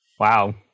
Wow